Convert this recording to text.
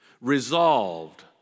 Resolved